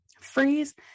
Freeze